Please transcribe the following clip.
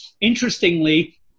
Interestingly